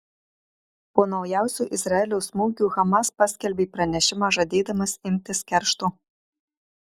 po naujausių izraelio smūgių hamas paskelbė pranešimą žadėdamas imtis keršto